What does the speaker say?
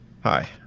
hi